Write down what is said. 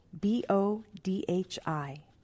B-O-D-H-I